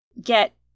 get